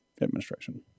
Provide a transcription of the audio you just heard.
administration